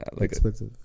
expensive